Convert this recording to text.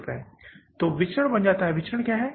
रुपए 20 तो यह विचरण बन जाएगा यह विचरण क्या है